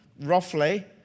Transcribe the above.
roughly